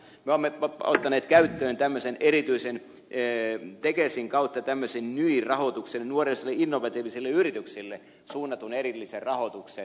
me olemme ottaneet käyttöön tekesin kautta tämmöisen erityisen niy rahoituksen nuorille ja innovatiivisille yrityksille suunnatun erillisen rahoituksen